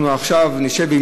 אנחנו עכשיו נשב,